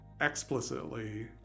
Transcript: explicitly